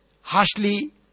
harshly